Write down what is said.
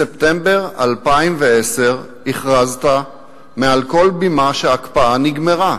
בספטמבר 2010 הכרזת מעל כל בימה שההקפאה נגמרה.